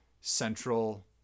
central